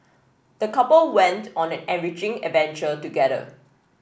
the couple went on an enriching adventure together